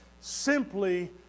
Simply